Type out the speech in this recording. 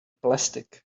plastics